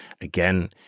Again